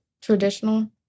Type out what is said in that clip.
traditional